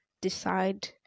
decide